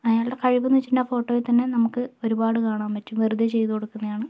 അയാളുടെ കഴിവ് എന്ന് വച്ചിട്ടുണ്ടെങ്കിൽ ആ ഫോട്ടോയിൽ തന്നെ നമുക്ക് ഒരുപാട് കാണാം പറ്റും വെറുതെ ചെയ്ത് കൊടുക്കുന്നതാണ്